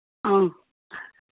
ꯑꯧ